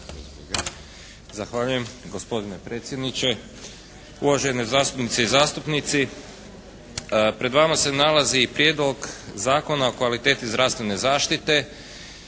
Zahvaljujem. Gospodine predsjedniče, uvažene zastupnice i zastupnici. Pred vama se nalazi Prijedlog zakona o kvaliteti zdravstvene zaštite